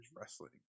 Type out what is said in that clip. wrestling